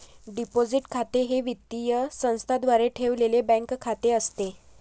deposit खाते हे वित्तीय संस्थेद्वारे ठेवलेले बँक खाते असते